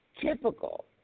typical